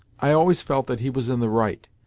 i always felt that he was in the right,